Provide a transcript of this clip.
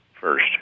first